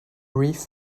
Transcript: reef